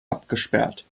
abgesperrt